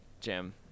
Jim